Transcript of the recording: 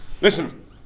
Listen